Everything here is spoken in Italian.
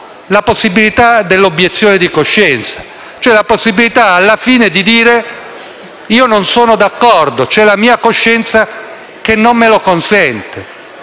la possibilità dell'obiezione di coscienza, cioè la possibilità, alla fine, di dire che non è d'accordo e che la sua coscienza non glielo consente?